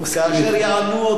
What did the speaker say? כאשר יענו אותי,